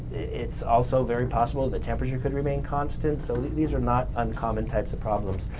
it's also very possible the temperature could remain constant. so, these are not uncommon types of problems,